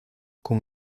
con